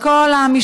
על כל המשתמע,